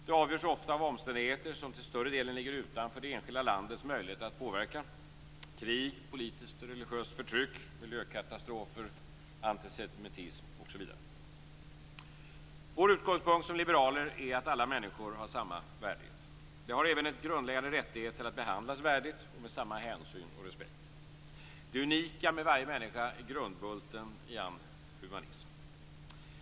Det avgörs oftast av omständigheter som till större delen ligger utanför det enskilda landets möjlighet att påverka - krig, politiskt och religiöst förtryck, miljökatastrofer, antisemitism osv. Vår utgångspunkt som liberaler är att alla människor har samma värdighet. De har även en grundläggande rättighet att behandlas värdigt och med samma hänsyn och respekt. Det unika med varje människa är grundbulten i all humanism.